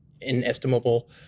inestimable